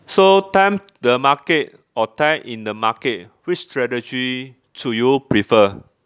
so time the market or time in the market which strategy do you prefer